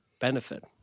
benefit